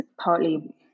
partly